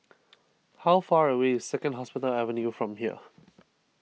how far away is Second Hospital Avenue from here